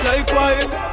Likewise